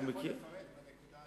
אתה יכול לפרט בנקודה הזאת.